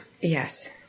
Yes